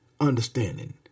understanding